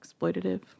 Exploitative